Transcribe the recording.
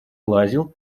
лазил